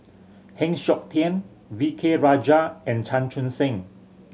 Heng Siok Tian V K Rajah and Chan Chun Sing